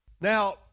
Now